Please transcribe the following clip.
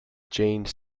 jane